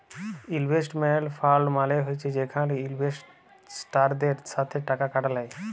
investment fund মালে হছে যেখালে ইলভেস্টারদের সাথে টাকা খাটাল হ্যয়